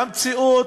והמציאות,